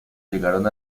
llegaron